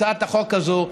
הצעת החוק הזו,